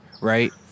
right